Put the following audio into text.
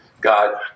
God